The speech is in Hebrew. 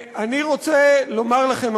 אני רוצה לומר לכם,